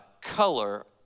color